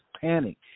panic